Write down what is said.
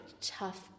tough